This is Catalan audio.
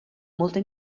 molta